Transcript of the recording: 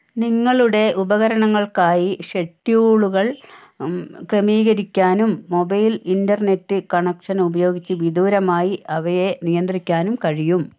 നിങ്ങളുടെ ഉപകരണങ്ങൾക്കായി ഷെഡ്യൂളുകൾ ക്രമീകരിക്കാനും മൊബൈൽ ഇൻ്റർനെറ്റ് കണക്ഷൻ ഉപയോഗിച്ച് വിദൂരമായി അവയെ നിയന്ത്രിക്കാനും കഴിയും